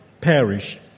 perish